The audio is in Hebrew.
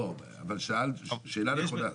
לא, אבל שאלה נכונה.